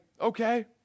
okay